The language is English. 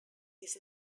this